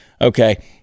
Okay